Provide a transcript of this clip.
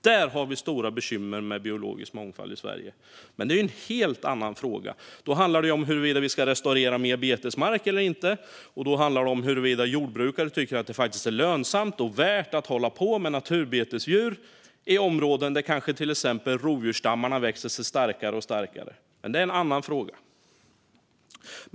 Där har vi stora bekymmer med biologisk mångfald i Sverige, men det är en helt annan fråga. Då handlar det om huruvida vi ska restaurera mer betesmark eller inte, och då handlar det om huruvida jordbrukare tycker att det är lönsamt och värt att hålla på med naturbetesdjur i områden där kanske till exempel rovdjursstammarna växer sig starkare och starkare. Men det är en annan fråga.